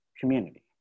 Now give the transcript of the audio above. community